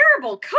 terrible